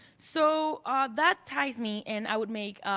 so ah that ties me and i would make